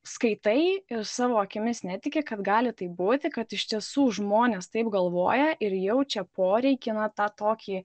skaitai ir savo akimis netiki kad gali taip būti kad iš tiesų žmonės taip galvoja ir jaučia poreikį na tą tokį